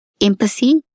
empathy